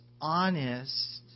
honest